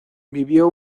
vivió